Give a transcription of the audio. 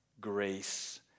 grace